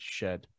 Shed